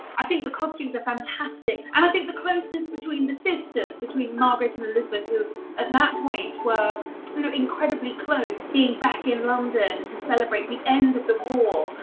i think the costumes are fantastic, and i think the closeness between the sisters, between margaret and elizabeth, who at that point were kind of incredibly close, being back in london to celebrate the end of the war,